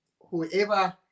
Whoever